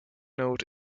note